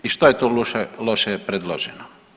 I što je tu loše predloženo?